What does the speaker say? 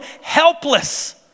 helpless